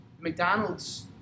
McDonald's